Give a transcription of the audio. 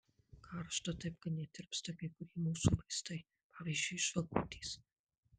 karšta taip kad net tirpsta kai kurie mūsų vaistai pavyzdžiui žvakutės